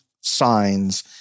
signs